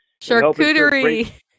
charcuterie